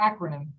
acronym